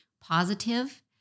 positive